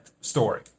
story